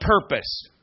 purpose